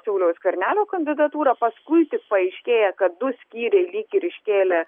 sauliaus skvernelio kandidatūrą paskui paaiškėja kad du skyriai lyg ir iškėlė